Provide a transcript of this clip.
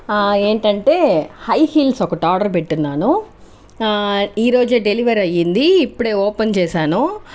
ఏంటంటే high heels ఒకటి order పెట్టినాను ఈ రోజు డెలివరీ అయ్యింది ఇప్పుడే ఓపెన్ చేశాను